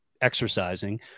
exercising